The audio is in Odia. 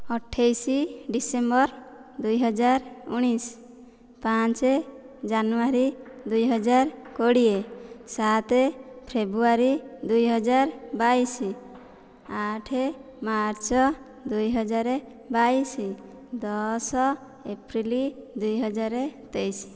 ଅଠେଇଶ ଡିସେମ୍ବର ଦୁଇ ହଜାର ଉଣେଇଶ ପାଞ୍ଚ ଜାନୁଆରୀ ଦୁଇ ହଜାର କୋଡ଼ିଏ ସାତ ଫେବୃଆରୀ ଦୁଇ ହଜାର ବାଇଶ ଆଠ ମାର୍ଚ୍ଚ ଦୁଇ ହଜାର ବାଇଶ ଦଶ ଏପ୍ରିଲ୍ ଦୁଇ ହଜାର ତେଇଶ